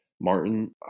Martin